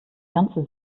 ganze